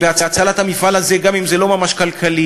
בהצלת המפעל הזה גם אם זה לא ממש כלכלי,